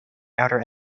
outer